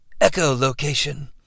echolocation